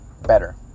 better